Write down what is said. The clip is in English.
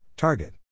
Target